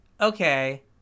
okay